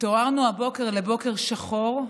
התעוררנו הבוקר לבוקר שחור,